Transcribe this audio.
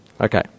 Okay